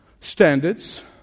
standards